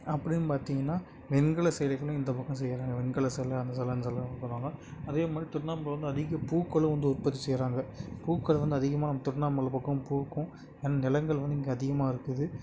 அப்படின்னு பார்த்தீங்கன்னா வெண்கல சிலைகளும் இந்த பக்கம் செய்யறாங்க வெண்கல சில அந்த சில இந்த சில பண்ணுவாங்க அதே மாதிரி திருவண்ணாமலையில் வந்து அதிக பூக்களும் வந்து உற்பத்தி செய்யறாங்க பூக்கள் வந்து அதிகமாக நம்ம திருவண்ணாமலை பக்கம் பூக்கும் ஏன்னா நிலங்கள் வந்து இங்கே அதிகமாக இருக்குது